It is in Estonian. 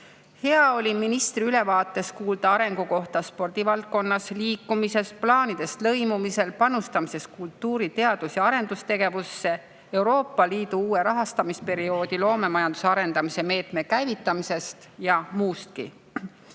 Hea oli ministri ülevaatest kuulda arengu kohta spordivaldkonnas, liikumises, plaanidest lõimumisel, panustamisest kultuuri-, teadus- ja arendustegevusse, Euroopa Liidu uue rahastamisperioodi loomemajanduse arendamise meetme käivitamisest ja muustki.